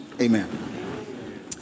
amen